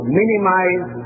minimize